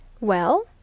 Well